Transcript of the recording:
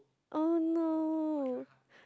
oh no